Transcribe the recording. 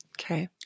Okay